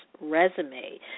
resume